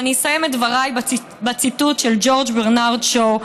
אני אסיים את דבריי בציטוט של ג'ורג' ברנרד שו,